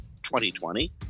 2020